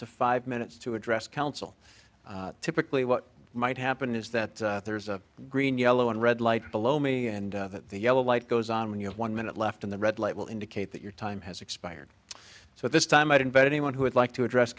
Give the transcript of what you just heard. to five minutes to address council typically what might happen is that there's a green yellow and red light below me and the yellow light goes on when you have one minute left in the red light will indicate that your time has expired so this time i invite anyone who would like to address